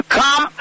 come